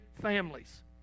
families